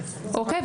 אוקיי?